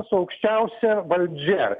su aukščiausia valdžia